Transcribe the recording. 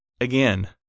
again